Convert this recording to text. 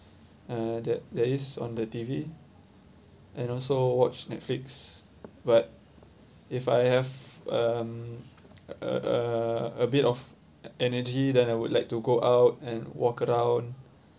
uh that there is on the T_V and also watch Netflix but if I have um a a a bit of energy then I would like to go out and walk around